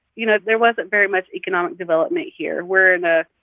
you know, there wasn't very much economic development here. we're in a,